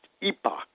epoch